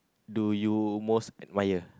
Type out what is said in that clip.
do you most admire